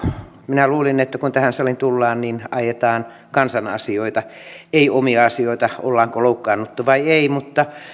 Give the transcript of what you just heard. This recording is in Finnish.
minä luulin että kun tähän saliin tullaan niin ajetaan kansan asioita ei omia asioita ollaanko loukkaannuttu vai ei mutta